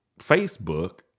Facebook